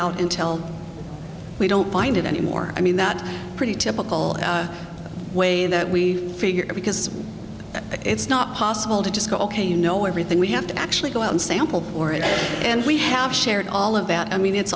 out intel we don't find it anymore i mean that pretty typical way that we figure it because it's not possible to just go ok you know everything we have to actually go out and sample or it and we have shared all of that i mean it's